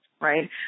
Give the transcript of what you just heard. right